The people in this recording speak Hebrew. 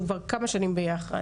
בר סימן טוב,